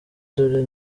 dore